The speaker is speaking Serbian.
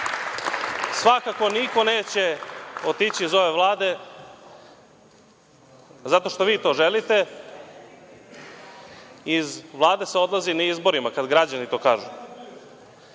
Svakako niko neće otići iz ove Vlade zato što vi to želite. Iz Vlade se odlazi na izborima, kada građani to kažu.Za